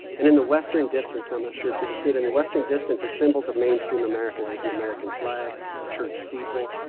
and in the western distance, and i'm not sure if you can see it, in the western distance are symbols of mainstream america. there's an american flag, a church steeple,